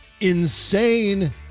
insane